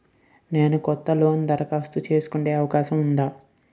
నేను కొత్త లోన్ దరఖాస్తు చేసుకునే అవకాశం ఉందా?